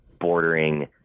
bordering